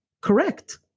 correct